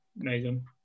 Amazing